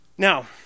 Now